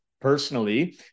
personally